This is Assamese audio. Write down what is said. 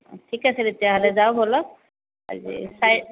ঠিক আছে তেতিয়াহ'লে যাওঁ ব'লক আজিই চাই